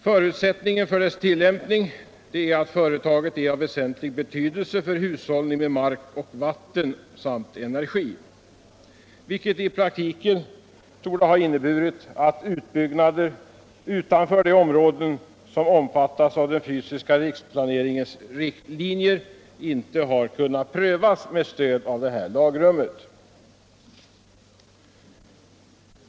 Förutsättningen är att företaget är av väsentlig betydelse för hushållningen med mark och vatten samt energi, vilket i praktiken torde ha inneburit att utbyggnader utanför de områden som omfattas av den fysiska riksplaneringens riktlinjer inte kunnat prövas med stöd av detta lagrum.